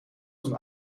toen